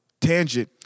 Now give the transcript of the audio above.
tangent